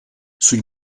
sui